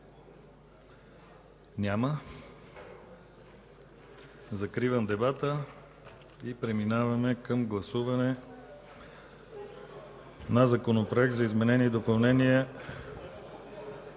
Няма. Закривам дебата и преминаваме към гласуване на Законопроекта за изменение и допълнение